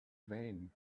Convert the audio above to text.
vain